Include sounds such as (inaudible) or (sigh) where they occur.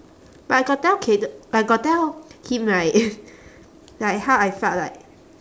but I got tell kayde~ I got tell him like (noise) like how I felt like